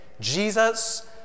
Jesus